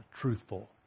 truthful